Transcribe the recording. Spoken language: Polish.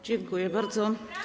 Dziękuję bardzo.